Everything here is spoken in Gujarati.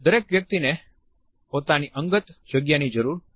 દરેક વ્યક્તિને પોતાની અંગત જગ્યાની જરૂર હોય છે